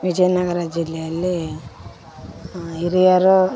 ವಿಜಯನಗರ ಜಿಲ್ಲೆಯಲ್ಲಿ ಹಿರಿಯರು